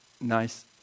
nice